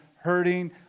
hurting